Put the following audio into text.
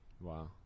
Wow